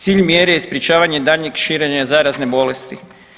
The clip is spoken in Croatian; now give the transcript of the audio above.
Cilj mjere je sprječavanje daljnjeg širenja zaraze bolesti.